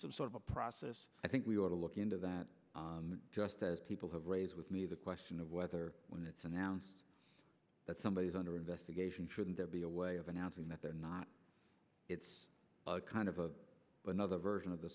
some sort of a process i think we ought to look into that just as people have raised with me the question of whether when it's announced that somebody is under investigation shouldn't there be a way of announcing that they're not it's kind of a another version of the